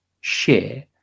share